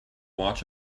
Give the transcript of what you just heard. watch